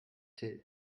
till